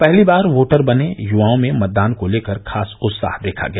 पहली बार वोटर बने युवाओं में मतदान को लेकर खास उत्साह देखा गया